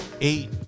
eight